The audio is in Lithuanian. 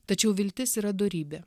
tačiau viltis yra dorybė